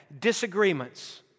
Disagreements